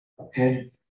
Okay